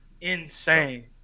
insane